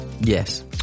Yes